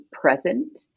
present